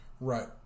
Right